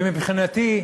ומבחינתי,